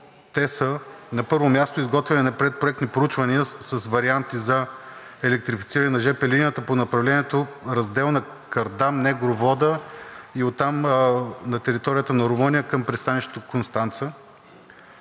те са: На първо място, изготвяне на предпроектни проучвания с варианти за електрифициране на жп линията по направлението Разделна – Кардам – Негру вода, и оттам на територията на Румъния към пристанището Констанца.